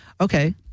Okay